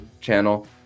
channel